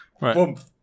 Right